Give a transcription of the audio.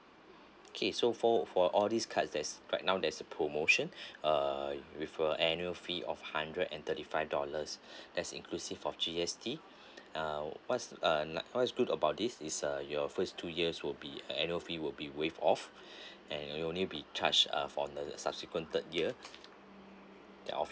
okay so for for all these cards that's right now there's a promotion uh refer annual fee of hundred and thirty five dollars as inclusive of G_S_T uh what's uh what's good about this is uh your first two years will be annual fee will be waived off and you'll only be charged uh for the subsequent third year there of